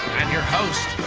and your host,